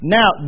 Now